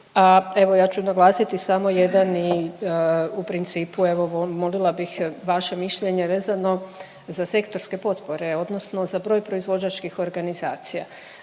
evo ja ću naglasiti samo jedan i u principu evo molila bih vaše mišljenje vezano za sektorske potpore odnosno za broj proizvođačkih organizacija.